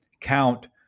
count